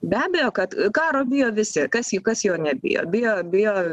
be abejo kad karo bijo visi kas jį kas jo nebijo bijo bijo